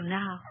now